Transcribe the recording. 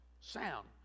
Sound